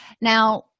Now